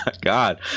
god